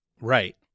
Right